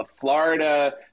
Florida